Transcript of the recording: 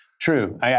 True